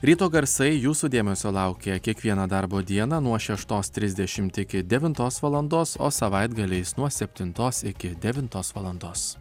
ryto garsai jūsų dėmesio laukia kiekvieną darbo dieną nuo šeštos trisdešimt iki devintos valandos o savaitgaliais nuo septintos iki devintos valandos